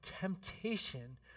temptation